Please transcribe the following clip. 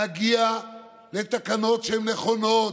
להגיע לתקנות שהן נכונות,